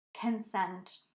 consent